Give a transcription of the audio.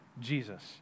Jesus